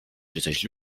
czytać